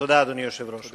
תודה, אדוני היושב-ראש.